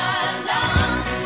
alone